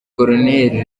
col